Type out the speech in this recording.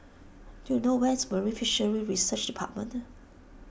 do you know where is Marine Fisheries Research Department